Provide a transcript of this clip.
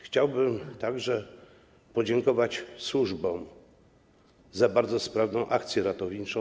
Chciałbym także podziękować służbom za bardzo sprawną akcję ratowniczą.